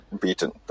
beaten